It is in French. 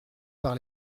par